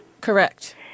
Correct